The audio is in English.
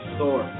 Thor